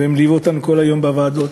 והם ליוו אותנו כל היום בוועדות.